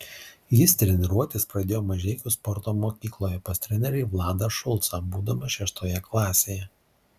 jis treniruotis pradėjo mažeikių sporto mokykloje pas trenerį vladą šulcą būdamas šeštoje klasėje